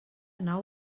nau